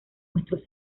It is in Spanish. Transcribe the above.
nuestros